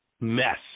mess